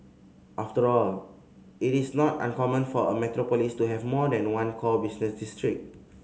after all it is not uncommon for a metropolis to have more than one core business district